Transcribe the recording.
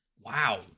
Wow